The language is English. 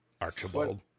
archibald